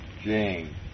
Jane